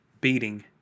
Beating